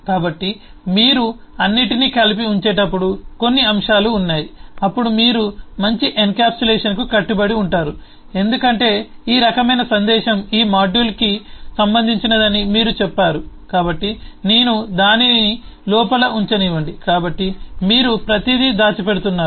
కాబట్టి మీరు అన్నింటినీ కలిపి ఉంచేటప్పుడు కొన్ని అంశాలు ఉన్నాయి అప్పుడు మీరు మంచి ఎన్క్యాప్సులేషన్కు కట్టుబడి ఉంటారు ఎందుకంటే ఈ రకమైన సందేశం ఈ మాడ్యూల్కు సంబంధించినదని మీరు చెప్పారు కాబట్టి నేను దానిని లోపల ఉంచనివ్వండి కాబట్టి మీరు ప్రతిదీ దాచిపెడుతున్నారు